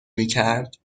میکرد